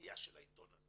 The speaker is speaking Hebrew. בקניה של העיתון הזה